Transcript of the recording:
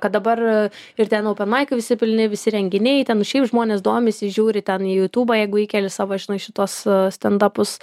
kad dabar ir ten openmaikai visi pilni visi renginiai ten šiaip žmonės domisi žiūri ten į jutūbą jeigu įkeli savo ten žinai šituos standapus